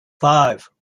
five